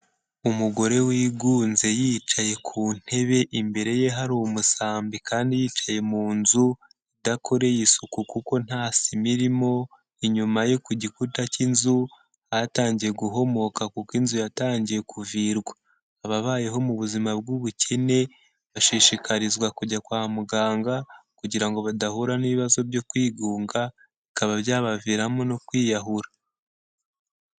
Umugore wigunze yicaye ku ntebe, imbere ye hari umusambi kandi yicaye mu nzu idakoreye isuku kuko nta sima irimo, inyuma ye ku gikuta cy'inzu hatangiye guhomoka kuko inzu yatangiye kuvirwa, ababayeho mu buzima bw'ubukene, bashishikarizwa kujya kwa muganga kugira ngo badahura n'ibibazo byo kwigunga, bikaba byabaviramo no kwiyahura.